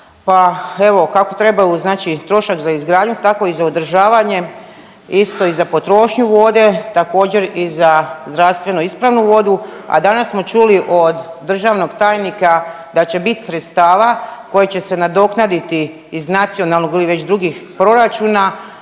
pa evo kako trebaju znači trošak za izgradnju tako i za održavanje, isto i za potrošnju vode, također i za zdravstveno ispravnu vodu, a danas smo čuli od državnog tajnika da će bit sredstava koje će se nadoknaditi iz nacionalnog ili već drugih proračuna